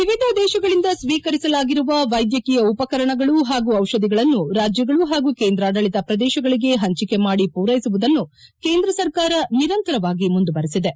ವಿವಿಧ ದೇಶಗಳಿಂದ ಸ್ವೀಕರಿಸಲಾಗಿರುವ ವೈದ್ಯಕೀಯ ಉಪಕರಣಗಳು ಹಾಗೂ ಜಿಷಧಿಗಳನ್ನು ರಾಜ್ಯಗಳು ಹಾಗೂ ಕೇಂದ್ರಾಡಳಿತ ಪ್ರದೇಶಗಳಿಗೆ ಹಂಚಿಕೆ ಮಾಡಿ ಪೂರೈಸುವುದನ್ನು ಕೇಂದ್ರ ಸರ್ಕಾರ ನಿರಂತರವಾಗಿ ಮುಂದುವರೆಸಿದೆ